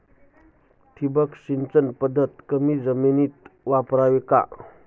ठिबक सिंचन पद्धत कमी जमिनीत वापरावी का?